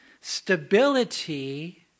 stability